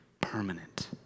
permanent